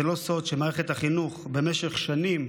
וזה לא סוד שמערכת החינוך במשך שנים